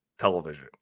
television